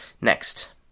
Next